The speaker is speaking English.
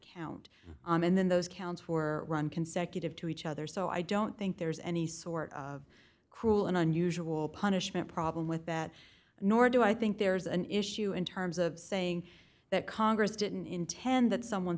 count and then those counts were run consecutive to each other so i don't think there's any sort of cruel and unusual punishment problem with that nor do i think there's an issue in terms of saying that congress didn't intend that someone